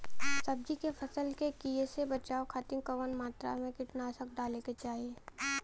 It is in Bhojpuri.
सब्जी के फसल के कियेसे बचाव खातिन कवन मात्रा में कीटनाशक डाले के चाही?